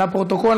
לפרוטוקול,